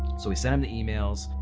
so we send him the emails.